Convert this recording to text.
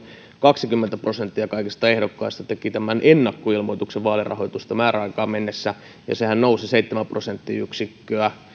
kaksikymmentä prosenttia kaikista ehdokkaista teki ennakkoilmoituksen vaalirahoituksesta määräaikaan mennessä ja sehän nousi seitsemän prosenttiyksikköä